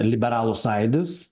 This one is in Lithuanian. liberalų sąjūdis